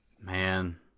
Man